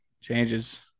Changes